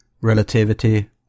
relativity